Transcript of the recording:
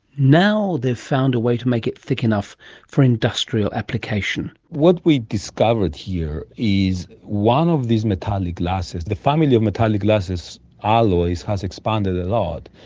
now they've found a way to make it thick enough for industrial application. what we discovered here is one of these metallic glasses, the family of metallic glasses alloys has expanded a lot,